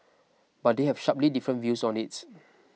but they have sharply different views on its